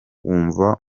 wumva